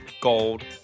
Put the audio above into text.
gold